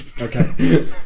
Okay